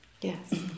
Yes